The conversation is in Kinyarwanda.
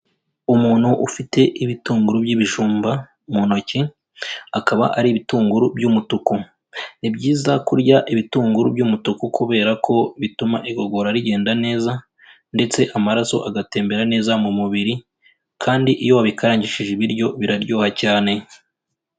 Umuntu ufite ibitunguru by'ibijumba mu ntoki, akaba ari ibitunguru by'umutuku. Ni byiza kurya ibitunguru by'umutuku kubera ko bituma igogora rigenda neza ndetse amaraso agatembera neza mu mubiri kandi iyo wabikarangishije ibiryo biraryoha cyane.